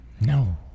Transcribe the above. No